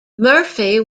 murphy